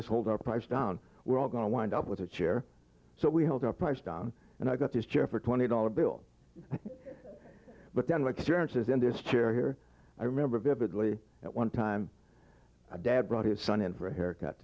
just hold our price down we're all going to wind up with a chair so we hold our price down and i got this chair for twenty dollar bill but then like stern says in this chair here i remember vividly that one time dad brought his son in for a haircut